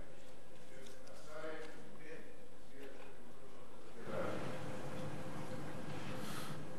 חוק בתי-הדין הדתיים הדרוזיים (תיקון מס' 18),